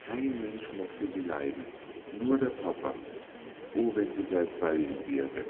kein mensch mochte sie leiden nur der papa o wenn sie gleich bei ihm wäre